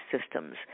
systems